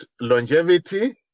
longevity